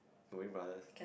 Knowing-Brothers